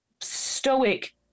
stoic